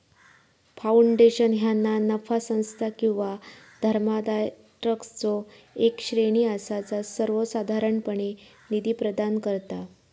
foundation ह्या ना नफा संस्था किंवा धर्मादाय ट्रस्टचो येक श्रेणी असा जा सर्वोसाधारणपणे निधी प्रदान करता